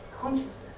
consciousness